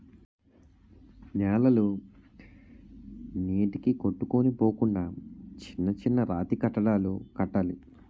నేలలు నీటికి కొట్టుకొని పోకుండా చిన్న చిన్న రాతికట్టడాలు కట్టాలి